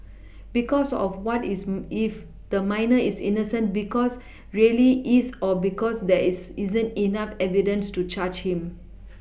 because of what is if the minor is innocent because really is or because there is isn't enough evidence to charge him